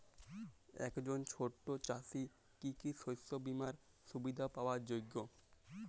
একজন ছোট চাষি কি কি শস্য বিমার সুবিধা পাওয়ার যোগ্য?